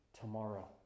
tomorrow